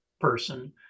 person